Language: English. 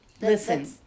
Listen